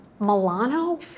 Milano